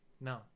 No